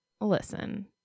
listen